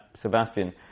Sebastian